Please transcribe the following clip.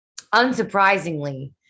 unsurprisingly